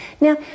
now